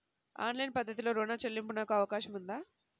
Online పద్ధతిలో రుణ చెల్లింపునకు అవకాశం ఉందా?